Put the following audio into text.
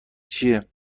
چیه